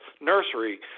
nursery